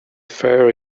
fair